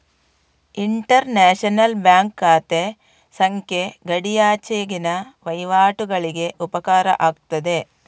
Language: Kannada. ಇಂಟರ್ ನ್ಯಾಷನಲ್ ಬ್ಯಾಂಕ್ ಖಾತೆ ಸಂಖ್ಯೆ ಗಡಿಯಾಚೆಗಿನ ವಹಿವಾಟುಗಳಿಗೆ ಉಪಕಾರ ಆಗ್ತದೆ